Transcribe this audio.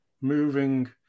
moving